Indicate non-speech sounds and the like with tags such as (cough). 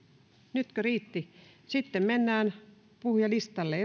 nytkö riitti sitten mennään puhujalistalle (unintelligible)